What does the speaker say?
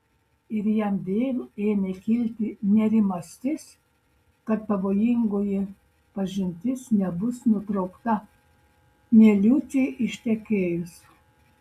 ir jam vėl ėmė kilti nerimastis kad pavojingoji pažintis nebus nutraukta nė liucei ištekėjus